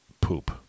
poop